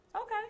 Okay